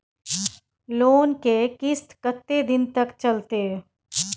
Loan के किस्त कत्ते दिन तक चलते?